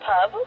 Pub